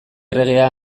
erregea